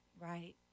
Right